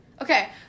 Okay